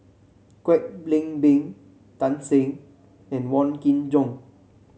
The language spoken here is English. Kwek Leng Beng Tan Shen and Wong Kin Jong